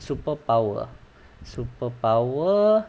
superpower superpower